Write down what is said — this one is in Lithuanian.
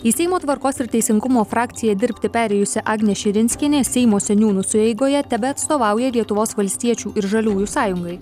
į seimo tvarkos ir teisingumo frakciją dirbti perėjusi agnė širinskienė seimo seniūnų sueigoje tebeatstovauja lietuvos valstiečių ir žaliųjų sąjungai